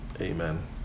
amen